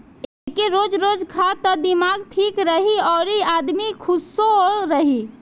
एके रोज रोज खा त दिमाग ठीक रही अउरी आदमी खुशो रही